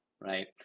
right